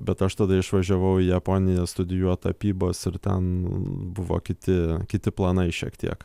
bet aš tada išvažiavau į japoniją studijuot tapybos ir ten buvo kiti kiti planai šiek tiek